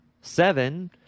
Seven